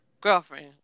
girlfriend